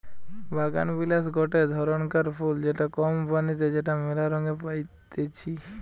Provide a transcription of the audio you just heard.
বাগানবিলাস গটে ধরণকার ফুল যেটা কম পানিতে যেটা মেলা রঙে পাইতিছি